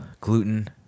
gluten